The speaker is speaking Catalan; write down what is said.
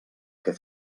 que